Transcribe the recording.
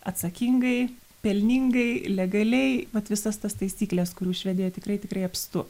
atsakingai pelningai legaliai vat visas tas taisykles kurių švedijoje tikrai tikrai apstu